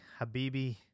Habibi